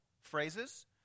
phrases